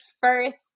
first